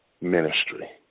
ministry